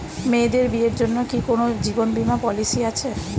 মেয়েদের বিয়ের জন্য কি কোন জীবন বিমা পলিছি আছে?